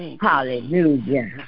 Hallelujah